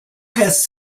has